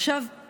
עכשיו,